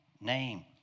name